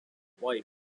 wife